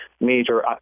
major